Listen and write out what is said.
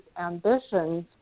ambitions